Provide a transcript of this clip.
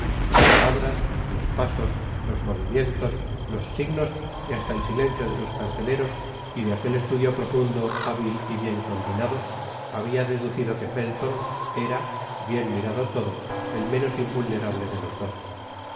las palabras los pasos los movimientos los signos y hasta el silencio de sus carceleros y de aquel estudio profundo hábil y bien combinado habia deducido que felton era bien mirado todo el menos invulnerable de los dos